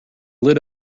lit